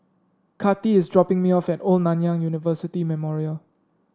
Kati is dropping me off at Old Nanyang University Memorial